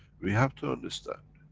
we have to understand,